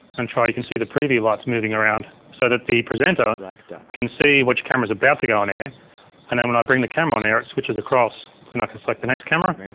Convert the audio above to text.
and sure you can see the preview lights moving around so that the presenter can see which camera is about to go and on-air, and then when i bring the camera on-air it switches across and i can select the next camera.